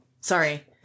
Sorry